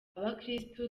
abakirisitu